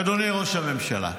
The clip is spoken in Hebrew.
אדוני ראש הממשלה,